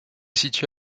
situe